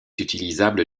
utilisable